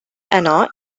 anna